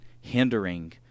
hindering